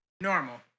normal